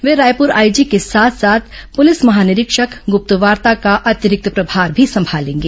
वे Raipur IG के साथ साथ पुलिस महानिरीक्षक ग्रप्तवार्ता का अतिरिक्त प्रभार भी संभालेंगे